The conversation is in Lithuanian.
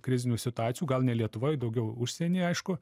krizinių situacijų gal ne lietuvoj daugiau užsieny aišku